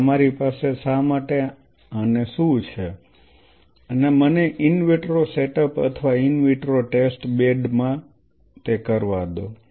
તો તમારી પાસે શા માટે અને શું છે અને મને ઈન વિટ્રો સેટઅપ અથવા ઈન વિટ્રો ટેસ્ટ બેડ માં કરવા દો